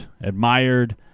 admired